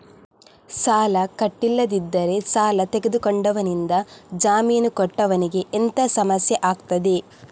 ಸಾಲ ಕಟ್ಟಿಲ್ಲದಿದ್ದರೆ ಸಾಲ ತೆಗೆದುಕೊಂಡವನಿಂದ ಜಾಮೀನು ಕೊಟ್ಟವನಿಗೆ ಎಂತ ಸಮಸ್ಯೆ ಆಗ್ತದೆ?